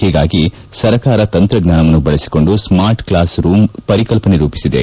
ಹೀಗಾಗಿ ಸರಕಾರ ತಂತ್ರಜ್ಞಾನವನ್ನು ಬಳಸಿಕೊಂಡು ಸ್ವಾರ್ಟ್ಕ್ಲಾಸ್ ರೂಂ ಪರಿಕಲ್ಪನೆ ರೂಪಿಸಿದೆ